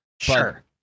sure